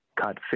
cut